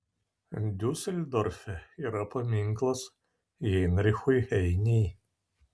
diuseldorfe yra paminklas heinrichui heinei